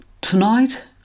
Tonight